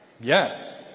Yes